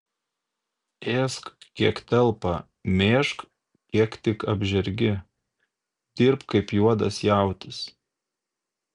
ėsk kiek telpa mėžk kiek tik apžergi dirbk kaip juodas jautis